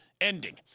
ending